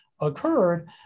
occurred